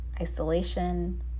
isolation